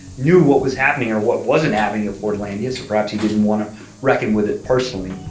knew what was happening or what wasn't happening in fordlandia, so perhaps he didn't want to reckon with it personally